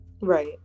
Right